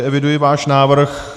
Eviduji váš návrh.